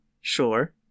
Sure